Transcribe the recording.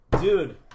Dude